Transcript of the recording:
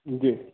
जी